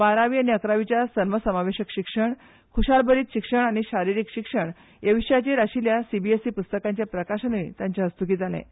बारावी आनी इकरावीच्या सर्वसमावेशक शिक्षण खुशालभरीत शिक्षण आनी शारिरीक शिक्षण ह्या विशयाचेर आशिल्ल्या सीबीएसइ पुस्तकांचें प्रकाशनूय तांचे हस्तुकीं जालें